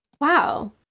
Wow